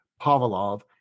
Pavlov